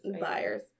Buyers